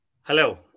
Hello